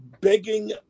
begging